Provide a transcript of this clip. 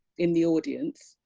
in the audience.